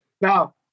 Now